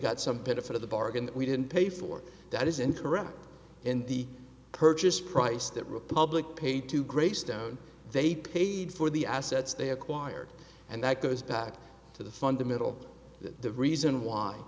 got some benefit of the bargain we didn't pay for that is incorrect in the purchase price that republic paid to greystone they paid for the assets they acquired and that goes back to the fundamental the reason why